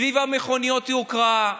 סביב מכוניות היוקרה,